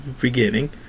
beginning